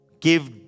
give